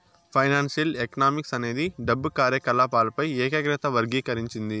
financial economics అనేది డబ్బు కార్యకాలపాలపై ఏకాగ్రత వర్గీకరించింది